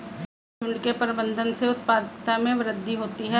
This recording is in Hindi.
पशुझुण्ड के प्रबंधन से उत्पादकता में वृद्धि होती है